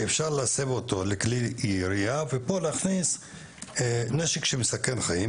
שאפשר להסב אותו לכלי ירייה" ופה להכניס "נשק שמסכן חיים",